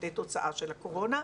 תוצאה של הקורונה.